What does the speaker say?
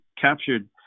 captured